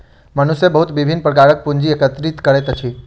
मनुष्य बहुत विभिन्न प्रकारक पूंजी एकत्रित करैत अछि